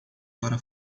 para